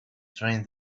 train